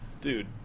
dude